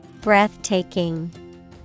Breathtaking